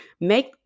make